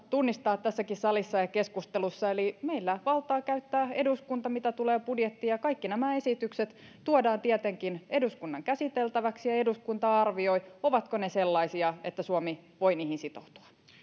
tunnistaa tässäkin salissa ja keskustelussa että meillä valtaa käyttää eduskunta mitä tulee budjettiin ja kaikki nämä esitykset tuodaan tietenkin eduskunnan käsiteltäväksi ja ja eduskunta arvioi ovatko ne sellaisia että suomi voi niihin sitoutua